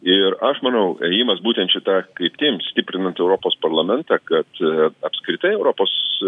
ir aš manau ėjimas būtent šita kryptim stiprinant europos parlamentą kad apskritai europos